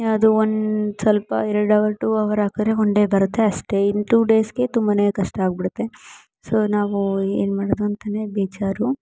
ಅದು ಒಂದು ಸ್ವಲ್ಪ ಎರಡು ಅವರ್ ಟೂ ಅವರ್ ಹಾಕರೆ ಒನ್ ಡೇ ಬರುತ್ತೆ ಅಷ್ಟೇ ಇನ್ನು ಟೂ ಡೇಸ್ಗೆ ತುಂಬ ಕಷ್ಟ ಆಗ್ಬಿಡುತ್ತೆ ಸೊ ನಾವು ಏನು ಮಾಡೋದು ಅಂತನೇ ಬೇಜಾರು